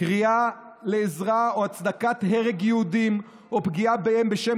קריאה לעזרה או הצדקת הרג יהודים או פגיעה בהם בשם